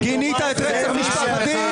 גינית את הרוצחים של משפחת די?